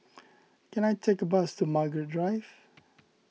can I take a bus to Margaret Drive